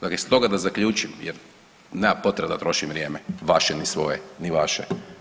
Dakle iz toga da zaključim jer nema potrebe da trošim vrijeme vaše ili svoje, ni vaše.